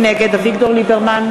נגד אביגדור ליברמן,